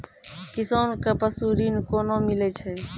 किसान कऽ पसु ऋण कोना मिलै छै?